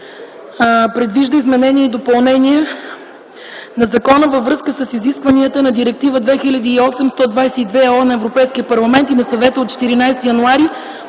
предвижда изменение и допълнение на Закона във връзка с изискванията на Директива 2008/122/ЕО на Европейския парламент и на Съвета от 14 януари